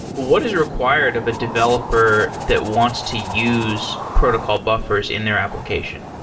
what is required of a developer that wants to use protocol buffers in their application?